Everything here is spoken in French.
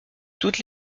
toutes